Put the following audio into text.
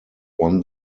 won